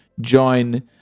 join